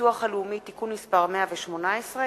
הביטוח הלאומי (תיקון מס' 118),